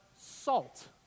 salt